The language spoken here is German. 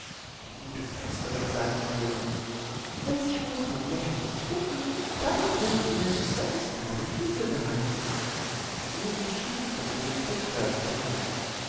die gute försterin sagte nämlich wenn sich hosen und jacke nicht finden dann mögt ihr in gottes namen diese behalten die buben schieden vergnügt vom försterhaus